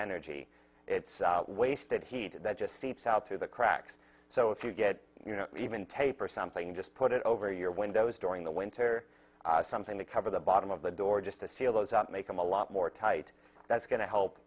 energy it's wasted heat that just seeps out through the cracks so if you get you know even tape or something just put it over your windows during the winter something to cover the bottom of the door just to seal those up make them a lot more tight that's going to help